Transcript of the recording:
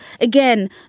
again